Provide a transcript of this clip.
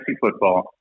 football